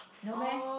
no meh